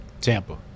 Tampa